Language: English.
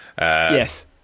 Yes